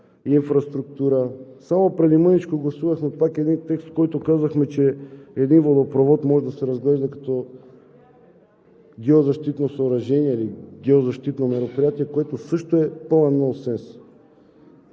инфраструктура. Само преди мъничко гласувахме един текст, в който казахме, че един водопровод може да се разглежда като геозащитно съоръжение или геозащитно мероприятие, което също е пълен нонсенс.